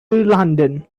london